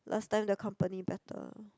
last time the company better